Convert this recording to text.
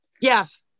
Yes